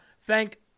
thank